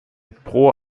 pro